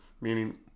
meaning